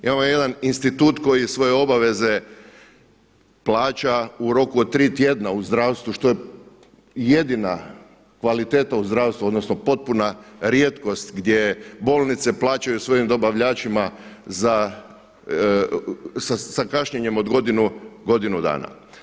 Imamo jedan institut koji svoje obaveze plaća u roku od tri tjedna u zdravstvu što je jedina kvaliteta u zdravstvu odnosno potpuna rijetkost gdje bolnice plaćaju svojim dobavljačima sa kašnjenjem od godinu dana.